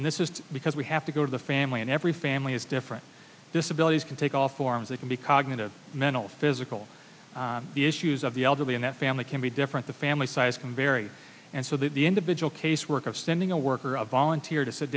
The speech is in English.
and this is because we have to go to the family and every family is different disabilities can take all forms they can be cognitive mental physical issues of the elderly in that family can be different the family size can vary and so the individual case work of sending a worker a volunteer to sit